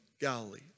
Galilee